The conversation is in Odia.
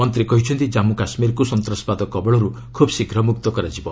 ମନ୍ତ୍ରୀ କହିଛନ୍ତି ଜାମ୍ମୁ କାଶ୍ମୀରକୁ ସନ୍ତାସବାଦ କବଳରୁ ଖୁବ୍ ଶୀଘ୍ର ମୁକ୍ତ କରାଯିବ